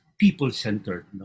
people-centered